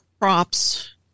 crops